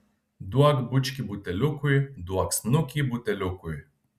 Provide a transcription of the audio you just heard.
duok bučkį buteliukui duok snukį buteliukui